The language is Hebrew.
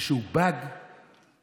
איזשהו באג בחשיבה,